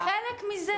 זה חלק מזה.